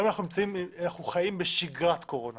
היום אנחנו חיים בשגרת קורונה